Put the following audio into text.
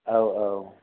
औ औ